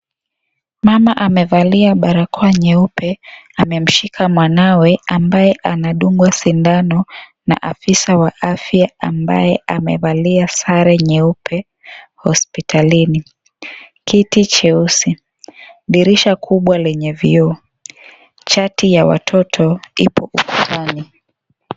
Mama amevalia barakoa nyeupe. Amemshika mwanawe, ambaye anadungwa sindano na afisa wa afya, ambaye amevalia sare nyeupe hospitalini. Kiti cheusi. Dirisha kubwa lenye vioo. Chati ya watoto ipo ukutani.